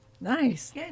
Nice